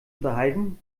unterhalten